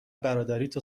برادریتو